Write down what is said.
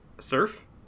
surf